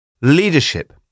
Leadership